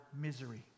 misery